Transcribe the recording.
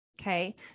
Okay